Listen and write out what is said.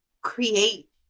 create